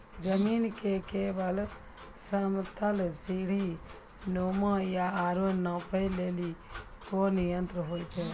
जमीन के लेवल समतल सीढी नुमा या औरो नापै लेली कोन यंत्र होय छै?